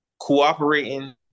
Cooperating